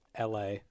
LA